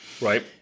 Right